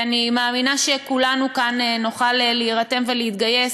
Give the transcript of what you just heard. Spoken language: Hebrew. אני מאמינה שכולנו כאן נוכל להירתם ולהתגייס